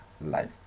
life